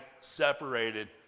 separated